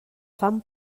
fan